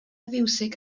fiwsig